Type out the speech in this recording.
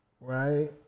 right